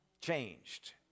Changed